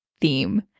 theme